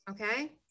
okay